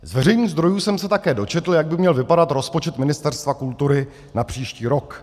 Z veřejných zdrojů jsem se také dočetl, jak by měl vypadat rozpočet Ministerstva kultury na příští rok.